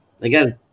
Again